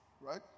right